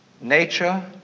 Nature